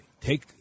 take